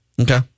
Okay